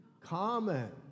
common